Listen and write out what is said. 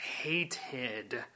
hated